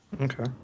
Okay